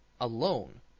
alone